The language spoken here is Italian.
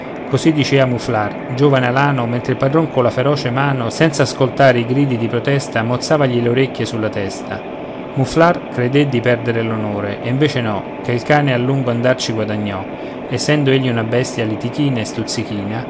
così dicea muflàr giovine alano mentre il padron colla feroce mano senza ascoltar i gridi di protesta mozzavagli le orecchie sulla testa muflàr credé di perdere l'onore e invece no ché il cane a lungo andar ci guadagnò essendo egli una bestia litichina e stuzzichina avria